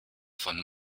von